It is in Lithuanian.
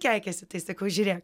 keikiasi tai sakau žiūrėk